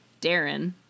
Darren